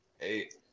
eight